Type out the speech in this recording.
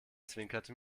zwinkerte